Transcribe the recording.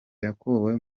yakuwe